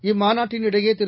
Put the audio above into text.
இம்மாநாட்டினிடையே திரு